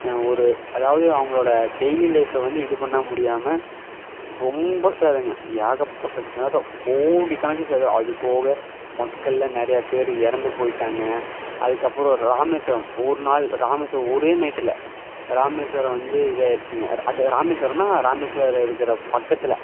ஒரு அதாவது அவங்களோட டெய்லி லைஃப்பை வந்து இது பண்ண முடியாமல் ரொம்ப சேதம்ங்க ஏகப்பட்ட சேதம் கோடிக்கணக்கில் சேதம் அதுப்போக மக்களில் நிறையா பேர் இறந்து போய்விட்டாங்க அதுக்கப்புறம் ராமேஸ்வரம் ஒரு நாள் ராமேஸ்வரம் ஒரே நைட்டில் ராமேஸ்வரம் வந்து இதாகிருச்சுங்க அது ராமேஸ்வரம்னால் ராமேஸ்வரம் இருக்கிற பக்கத்தில்